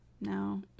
No